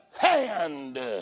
hand